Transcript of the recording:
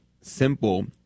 simple